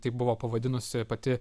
taip buvo pavadinusi pati